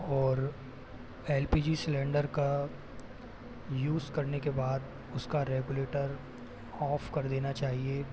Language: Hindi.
और एलपीजी सिलेंडर का यूज़ करने के बाद उसका रेगुलेटर ऑफ़ कर देना चाहिए